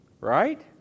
right